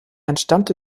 entstammte